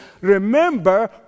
Remember